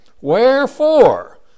Wherefore